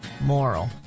moral